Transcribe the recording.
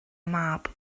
mab